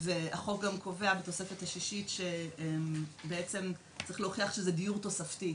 והחוק גם קובע בתוספת השישית שבעצם צריך גם להוכיח שזה דיור תוספתי.